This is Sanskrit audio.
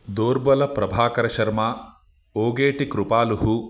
दोर्बलप्रभाकरशर्मा ओगेटि कृपालुः